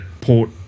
Port